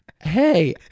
Hey